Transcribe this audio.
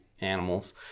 animals